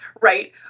right